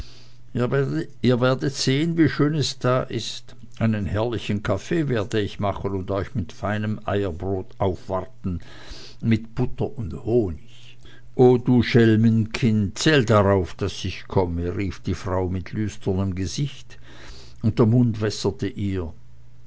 ihr werdet sehen wie schön es da ist einen herrlichen kaffee werde ich machen und euch mit feinem eierbrot aufwarten mit butter und honig o du schelmenkind zähl drauf daß ich komme rief die frau mit lüsternem gesicht und der mund wässerte ihr